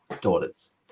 daughters